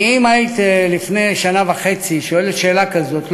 כי אם לפני שנה וחצי היית שואלת שאלה כזאת,